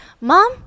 mom